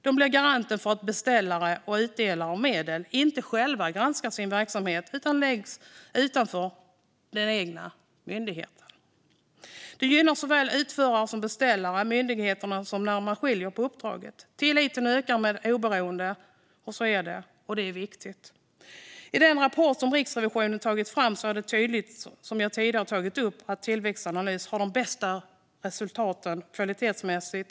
Den blir garanten för att beställare och utdelare av medel inte själva granskar sin verksamhet utan att det läggs utanför den egna verksamheten. Det gynnar såväl utförare som beställarmyndighet att avskilja uppdraget. Tillit ökar med oberoende. Så är det, och det är viktigt. I den rapport som Riksrevisionen tagit fram är det, som jag tidigare tagit upp, tydligt att Tillväxtanalys har de bästa resultaten kvalitetsmässigt.